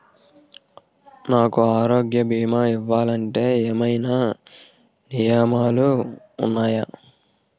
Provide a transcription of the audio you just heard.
నాకు ఆరోగ్య భీమా ఇవ్వాలంటే ఏమైనా నియమాలు వున్నాయా?